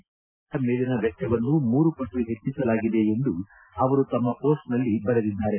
ಗ್ರಾಮೀಣ ರಸ್ತೆಗಳ ಮೇಲಿನ ವೆಚ್ವವನ್ನು ಮೂರು ಪಟ್ಟು ಹೆಚ್ವಿಸಲಾಗಿದೆ ಎಂದು ಅವರು ತಮ್ಮ ಮೋಸ್ಟ್ ನಲ್ಲಿ ಬರೆದಿದ್ದಾರೆ